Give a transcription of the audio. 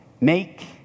Make